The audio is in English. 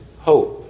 hope